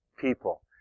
people